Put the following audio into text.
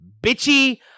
bitchy